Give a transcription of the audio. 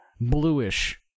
bluish